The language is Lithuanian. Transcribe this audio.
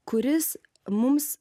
kuris mums